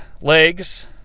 legs